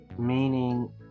meaning